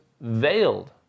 veiled